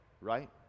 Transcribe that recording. Right